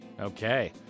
Okay